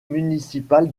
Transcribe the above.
municipal